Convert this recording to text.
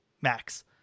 max